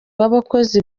w’abakozi